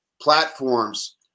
platforms